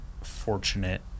fortunate